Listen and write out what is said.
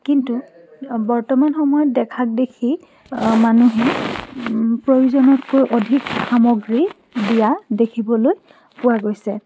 কিন্তু বৰ্তমান সময়ত দেখাক দেখি মানুহে প্ৰয়োজনতকৈ অধিক সামগ্ৰী দিয়া দেখিবলৈ পোৱা গৈছে